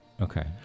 Okay